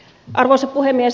arvoisa puhemies